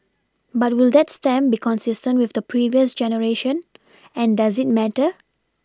but will that stamp be consistent with the previous generation and does it matter